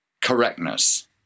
correctness